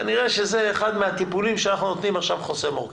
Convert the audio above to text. כנראה שזה אחד מהטיפולים שאנחנו נותנים עכשיו חוסם עורקים.